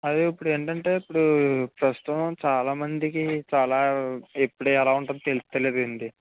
అదే ఇప్పుడు ఏంటంటే ఇప్పుడు ప్రస్తుతం చాలా మందికి చాలా ఎప్పుడు ఎలా ఉంటదో తెలుస్తలేదండీ